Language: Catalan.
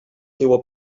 teua